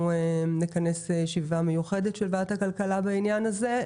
נכנס ישיבה מיוחדת של ועדת הכלכלה בעניין הזה.